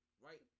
right